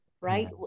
Right